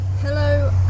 Hello